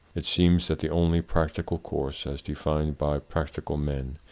it seems that the only practical course, as defined by practical men,